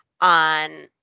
on